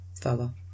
fella